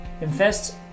Invest